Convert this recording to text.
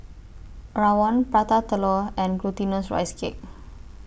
Rawon Prata Telur and Glutinous Rice Cake